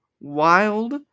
Wild